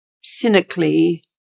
cynically